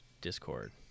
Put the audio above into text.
discord